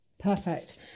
Perfect